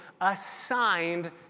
assigned